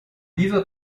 dieser